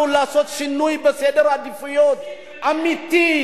מבקש מאתנו לעשות שינוי בסדר העדיפויות האמיתי.